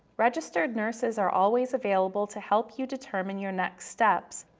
registered nurses are always available to help you determine your next steps,